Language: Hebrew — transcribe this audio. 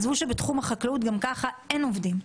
בתחום החקלאות גם ככה אין עובדים.